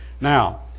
now